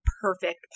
perfect